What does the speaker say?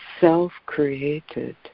self-created